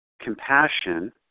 compassion